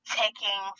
taking